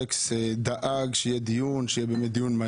אלכס דאג שיהיה דיון מהיר,